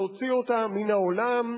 להוציא אותה מן העולם.